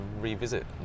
revisit